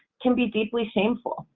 can be deeply shameful,